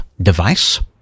device